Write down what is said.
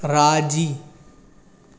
राजी